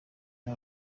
abo